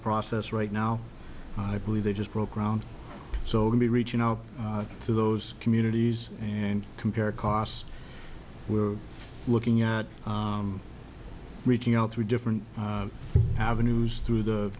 process right now i believe they just broke ground so to be reaching out to those communities and compare costs we were looking at reaching out through different avenues through the